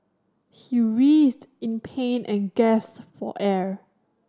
he in pain and gasped for air